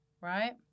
Right